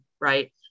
right